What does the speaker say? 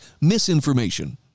misinformation